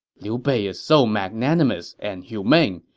liu bei is so magnanimous and humane,